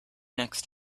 next